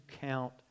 count